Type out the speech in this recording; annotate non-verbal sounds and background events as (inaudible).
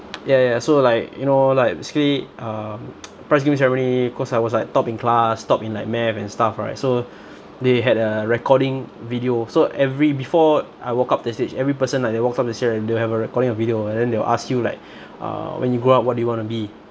ya ya so like you know like basically uh (noise) prize giving ceremony cause I was like top in class top in like math and stuff right so they had a recording video so every before I walked up the stage every person like they walked up the stage right they will have a recording of video and then they will ask you like uh when you grow up what do you wanna be